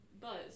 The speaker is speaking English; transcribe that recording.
buzz